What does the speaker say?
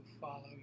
follow